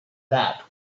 that